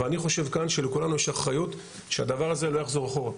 ואני חושב כאן שלכולנו יש אחריות שהדבר הזה לא יחזור אחורה.